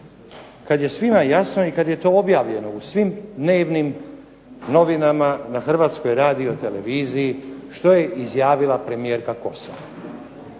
kada je svima jasno i kada je to objavljeno u svim dnevnim novinama, na Hrvatskoj radio-televiziji što je izjavila premijerka Kosor.